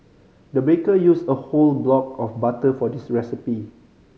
the baker used a whole block of butter for this recipe